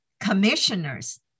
commissioners